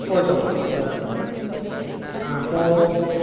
ઓછો ભાવ છે બરાબર અત્યારે હા તો